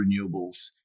renewables